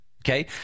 okay